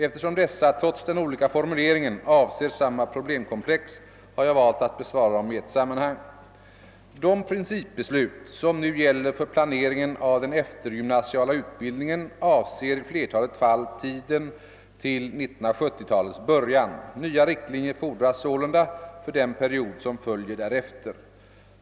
Eftersom dessa — trots den olika formuleringen — avser samma problemkomplex har jag valt att besvara dem i ett sammanhang. De principbeslut som nu gäller för planeringen av den eftergymnasiala utbildningen avser i flertalet fall tiden till 1970-talets början. Nya riktlinjer fordras sålunda för den period som följer därefter.